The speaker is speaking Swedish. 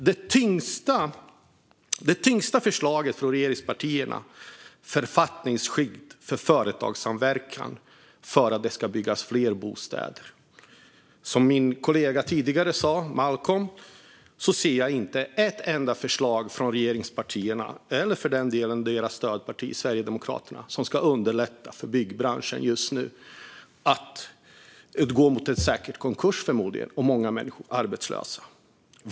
Det tyngsta förslaget från regeringspartierna är författningsskydd för företagssamverkan för att det ska byggas fler bostäder. Som min kollega Malcolm Momodou Jallow sa tidigare ser jag inte ett enda förslag från regeringspartierna, eller för den delen från deras stödparti Sverigedemokraterna, som ska underlätta för byggbranschen just nu. Förmodligen kommer man att gå mot säkra konkurser, och många människor kommer att bli arbetslösa.